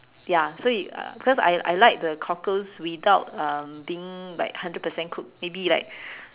ya so it because I I like the cockles without um being like hundred percent cooked maybe like